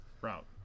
route